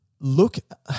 look –